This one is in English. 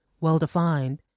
well-defined